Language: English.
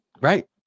right